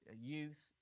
youth